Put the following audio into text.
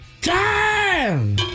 Time